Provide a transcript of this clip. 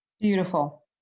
Beautiful